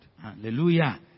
Hallelujah